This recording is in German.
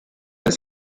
des